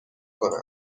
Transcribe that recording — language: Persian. کنم